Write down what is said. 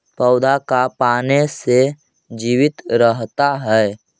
पौधा का पाने से जीवित रहता है?